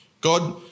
God